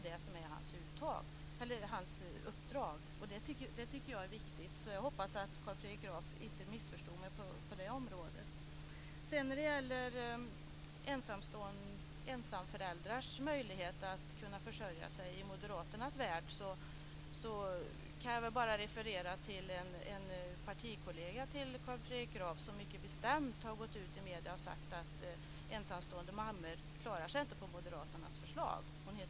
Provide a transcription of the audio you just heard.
Det är det som är hans uppdrag, och det tycker jag är viktigt. Jag hoppas att Carl Fredrik Graf inte missförstod mig på det området. När det gäller ensamföräldrars möjligheter att försörja sig i Moderaternas värld kan jag bara referera till en partikollega till Carl Fredrik Graf som har gått ut i medierna och mycket bestämt sagt att ensamstående mammor inte klarar sig om Moderaternas förslag genomförs.